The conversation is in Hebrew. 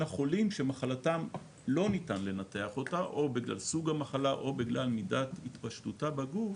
החולים עם מחלה שלא ניתן לנתח אותם בגלל סוג מחלתם או התפשטותה בגוף